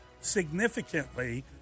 significantly